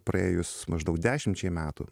praėjus maždaug dešimčiai metų